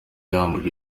yamburwa